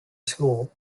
school